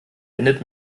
endet